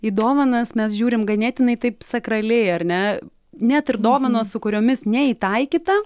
į dovanas mes žiūrim ganėtinai taip sakraliai ar ne net ir dovanos su kuriomis neįtaikyta